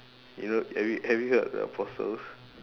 you know have you have you heard the apostles